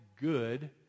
good